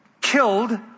killed